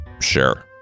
sure